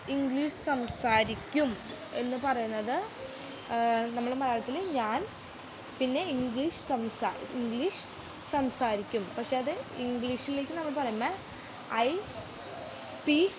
English സംസാരിക്കും എന്നു പറയുന്നത് നമ്മൾ മലയാളത്തിൽ ഞാൻ പിന്നെ ഇംഗ്ലീഷ് സംസാ ഇംഗ്ലീഷ് സംസാരിക്കും പക്ഷേ അത് ഇംഗ്ലീഷിലേക്ക് നമ്മൾ പറയുമ്പോൾ ഐ സ്പീക്ക്